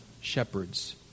shepherds